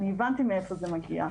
אני הבנתי מאיפה זה מגיע.